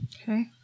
Okay